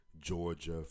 Georgia